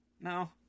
No